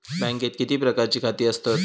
बँकेत किती प्रकारची खाती आसतात?